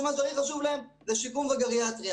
אמרו שמה שהכי חשוב להן זה שיקום וגריאטריה.